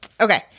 Okay